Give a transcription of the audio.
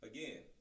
Again